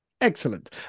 Excellent